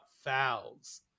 fouls